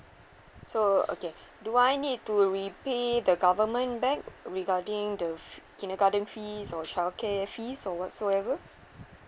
so okay do I need to repay the government back regarding the kindergarten fee or child care fees or whatsoever